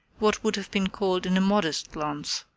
what would have been called an immodest glance,